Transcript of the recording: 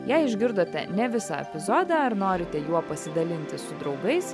jei išgirdote ne visą epizodą ar norite juo pasidalinti su draugais